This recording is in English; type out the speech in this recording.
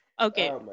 okay